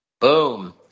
Boom